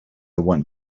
want